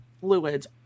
fluids